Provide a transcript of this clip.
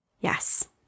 Yes